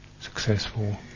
successful